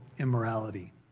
immorality